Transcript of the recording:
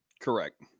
Correct